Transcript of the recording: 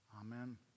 amen